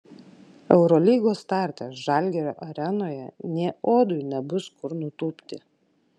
eurolygos starte žalgirio arenoje nė uodui nebus kur nutūpti